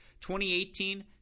2018